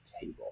table